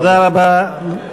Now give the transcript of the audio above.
תודה רבה.